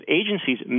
agencies